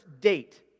date